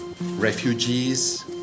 refugees